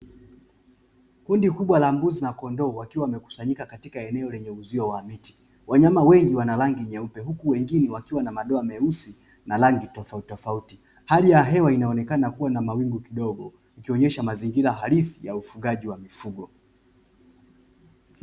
Kundi kubwa la mbuzi na kondoo wakiwa wamekusanyika katika eneo lenye uzio wa miti, wanyama wengi wana rangi nyeupe huku wengine wakiwa na madoa meusi na rangi tofautitofauti hali ya hewa inaonekana kuwa na mawingu kidogo ukionyesha mazingira halisi ya ufugaji wa mifugo.